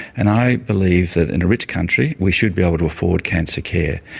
and i believe that in a rich country, we should be able to afford cancer care.